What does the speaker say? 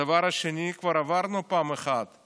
הדבר השני, כבר עברנו פעם אחת את